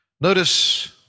notice